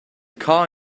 car